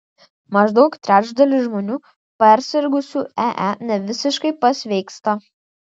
maždaug trečdalis žmonių persirgusių ee nevisiškai pasveiksta